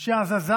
שהזזה